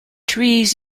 trees